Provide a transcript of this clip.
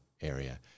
area